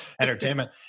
entertainment